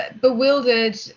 bewildered